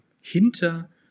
hinter